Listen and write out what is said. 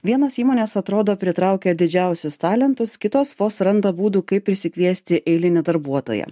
vienos įmonės atrodo pritraukia didžiausius talentus kitos vos randa būdų kaip prisikviesti eilinį darbuotoją